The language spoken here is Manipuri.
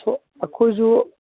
ꯑꯩꯈꯣꯏꯁꯨ